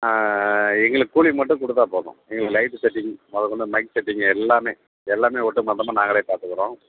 எங்களுக்குக் கூலி மட்டும் கொடுத்தாப் போதும் எங்களுக்கு லைட்டு செட்டிங் முதக் கொண்டு மைக் செட்டிங் எல்லாமே எல்லாமே ஒட்டு மொத்தமாக நாங்களே பார்த்துக்குறோம்